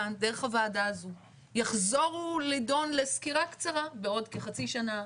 כאן דרך הוועדה הזו יחזרו להידון לסקירה קצרה בעוד כחצי שנה,